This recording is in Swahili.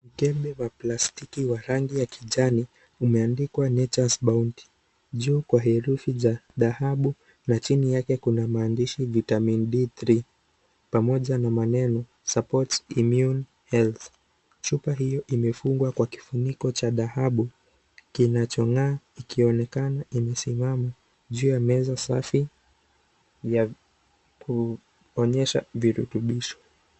Mkebe wa plastiki wa rangi ya kijani, umeandikwa nature's bounty juu kwa herufi cha dhahabu na chini yake kuna maandishi Vitamin D3 . Pamoja na maneno supports immune health . Chupa hiyo imefungwa kwa kifuniko cha dhahabu, kinachongaa ikionekana imesimama juu ya meza safi ya kuonyesha virutubisho.